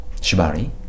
shibari